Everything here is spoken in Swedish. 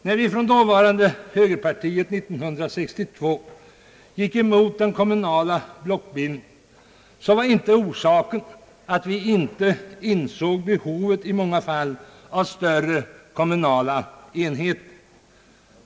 När vi från dåvarande högerpartiet år 1962 gick emot den kommunala blockbildningen var inte orsaken att vi inte insåg behovet i många fall av större kommunala enheter.